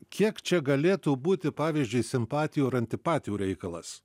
kiek čia galėtų būti pavyzdžiui simpatijų ar antipatijų reikalas